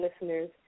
listeners